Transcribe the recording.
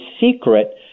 secret